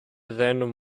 then